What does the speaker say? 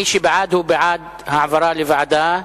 מי שבעד, הוא בעד העברה לוועדה,